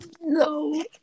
No